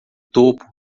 topo